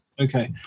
Okay